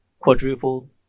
quadruple